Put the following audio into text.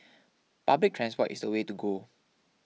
public transport is the way to go